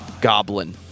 Goblin